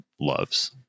loves